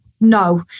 no